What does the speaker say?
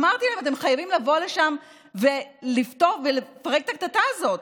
אמרתי להם: אתם חייבים לבוא לשם ולפרק את הקטטה הזאת.